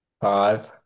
Five